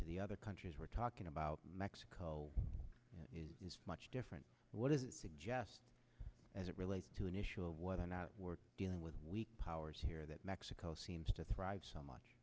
to the other countries we're talking about mexico is much different what does it suggest as it relates to an issue of whether or not we're dealing with weak powers here that mexico seems to thrive so much